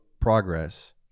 Progress